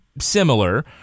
similar